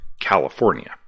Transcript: California